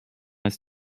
ist